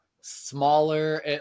smaller